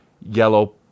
yellow